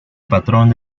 patrón